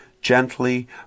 gently